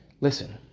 listen